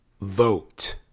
Vote